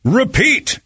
repeat